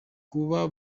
kuba